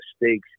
mistakes